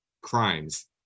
crimes